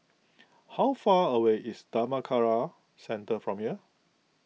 how far away is Dhammakaya Centre from here